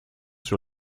sur